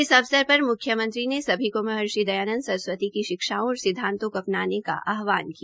इस अवसर पर मुख्यमंत्री ने सभी को महर्षि दयानदं सरस्वती की शिक्षाओं ओर सिदवांतों को अपनाने का आहवान किया